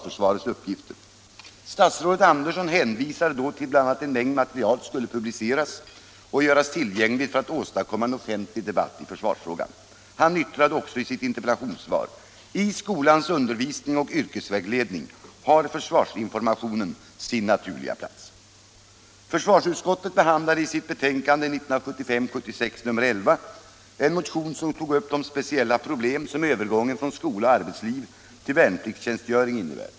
Försvarsutskottet behandlade i sitt betänkande 1975/76:11 en motion som tog upp de speciella problem som övergången från skola eller arbetsliv till värnpliktstjänstgöring innebär.